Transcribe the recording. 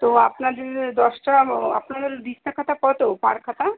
তো আপনার যদি দশটা আপনার দিস্তা খাতা কত পার খাতা